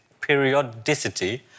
periodicity